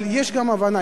אבל יש גם הבנה.